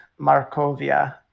Markovia